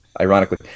ironically